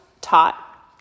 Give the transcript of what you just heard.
taught